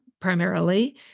primarily